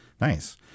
Nice